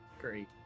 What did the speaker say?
Great